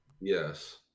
Yes